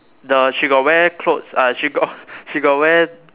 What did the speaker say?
the she got wear clothes uh she got she got wear